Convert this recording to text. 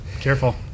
careful